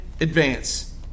advance